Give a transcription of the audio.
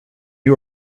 you